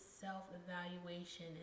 self-evaluation